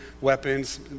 weapons